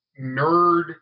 nerd